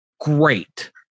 great